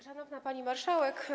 Szanowna Pani Marszałek!